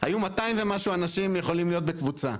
היו 200 ומשהו אנשים יכולים להיות בקבוצה.